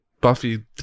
Buffy